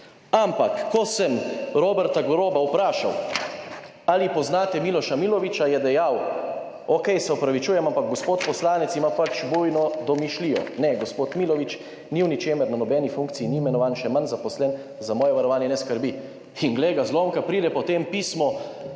Ampak, ko sem Roberta Goloba vprašal, ali poznate Miloša Milovića, je dejal: "Okej, se opravičujem, ampak gospod poslanec ima pač dvojno domišljijo. Ne, gospod Milović ni v ničemer, na nobeni funkciji ni imenovan, še manj zaposlen, za moje varovanje ne skrbi." In glej ga zlomka, pride potem pismo